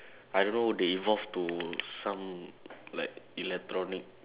I don't know they evolve to some like electronic